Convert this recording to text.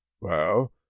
Well